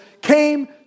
came